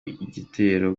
igitero